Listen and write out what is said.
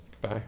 Bye